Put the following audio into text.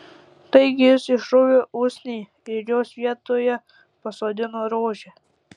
taigi jis išrovė usnį ir jos vietoje pasodino rožę